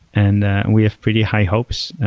and we have pretty high hopes,